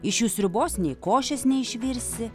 iš jų sriubos nei košės neišvirsi